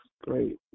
great